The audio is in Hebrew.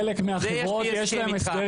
לחלק מהחברות יש הסדר